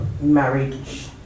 marriage